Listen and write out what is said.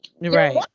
right